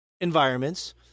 environments